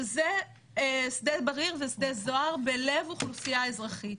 שזה שדה בריר ושדה זוהר בלב אוכלוסייה אזרחית.